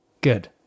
Good